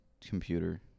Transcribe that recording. computer